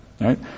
right